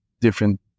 different